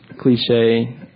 cliche